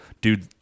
dude